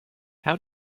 how